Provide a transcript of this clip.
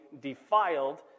defiled